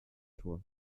choix